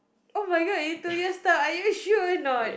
[oh]-my-God in two years time are you sure or not